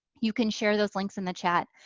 you can share those links in the chat.